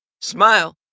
Smile